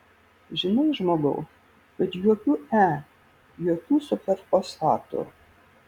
žinai žmogau kad jokių e jokių superfosfatų